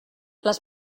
les